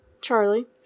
Charlie